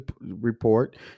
report